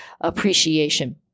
appreciation